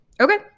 Okay